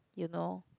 you know